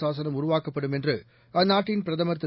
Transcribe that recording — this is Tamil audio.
சாசனம் உருவாக்கப்படும் என்றுஅந்நாட்டின் பிரதமர் திரு